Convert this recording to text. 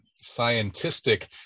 scientific